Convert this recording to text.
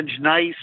nice